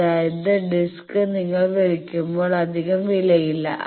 അതായത് ഡിസ്ക് നിങ്ങൾ വലിക്കുമ്പോൾ അധികം വലിയില്ല